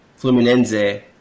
Fluminense